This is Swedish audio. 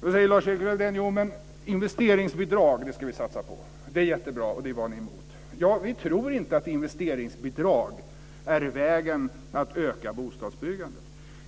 Då säger Lars-Erik Lövdén att investeringsbidrag, det ska vi satsa på. Det är jättebra, och det var ni emot. Ja, vi tror inte att investeringsbidrag är vägen att öka bostadsbyggandet.